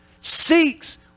seeks